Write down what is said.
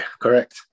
correct